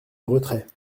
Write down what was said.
retrait